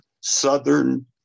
Southern